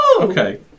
Okay